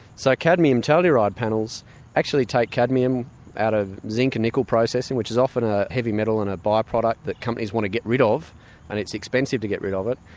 so cadmium telluride panels actually take cadmium out of zinc and nickel processing, which is often a heavy metal and a by-product that companies want to get rid of and it's expensive to get rid of it,